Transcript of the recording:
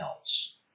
else